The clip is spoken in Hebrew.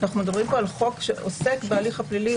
אנחנו מדברים פה על חוק שעוסק בהליך הפלילי,